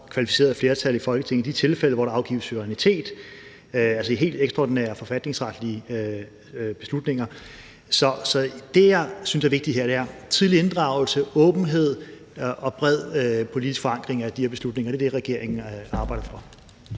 kvalificeret flertal i Folketinget i de tilfælde, hvor der afgives suverænitet, altså i forhold til helt ekstraordinære forfatningsretlige beslutninger. Så det, jeg synes er vigtigt her, er tidlig inddragelse, åbenhed og bred politisk forankring af de her beslutninger. Det er det, regeringen arbejder for.